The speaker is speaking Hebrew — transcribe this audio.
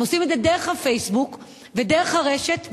הם עושים את זה דרך ה"פייסבוק" ודרך הרשת,